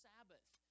Sabbath